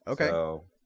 Okay